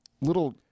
little